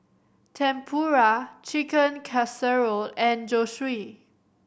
Tempura Chicken Casserole and Zosui